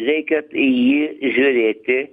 reikia į jį žiūrėti